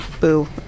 boo